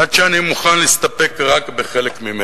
עד שאני מוכן להסתפק רק בחלק ממנה.